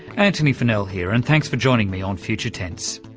antony funnel here, and thanks for joining me on future tense.